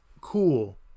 Cool